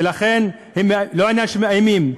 ולכן, לא עניין של מאיימים,